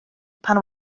pan